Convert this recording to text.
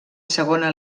segona